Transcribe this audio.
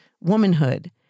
womanhood